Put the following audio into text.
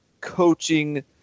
coaching